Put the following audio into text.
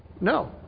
No